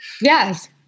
Yes